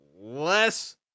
less